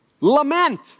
Lament